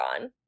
on